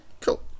cool